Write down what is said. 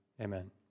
Amen